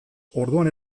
orduan